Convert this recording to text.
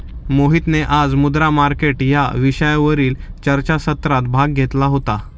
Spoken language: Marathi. मोहितने आज मुद्रा मार्केट या विषयावरील चर्चासत्रात भाग घेतला होता